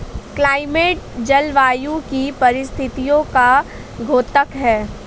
climate जलवायु की परिस्थितियों का द्योतक है